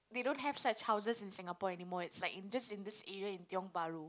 they don't have such houses in Singapore anymore it's like in just in this area in Tiong-Bahru